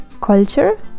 Culture